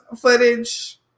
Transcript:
footage